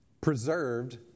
Preserved